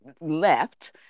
left